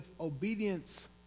obedience